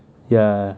ya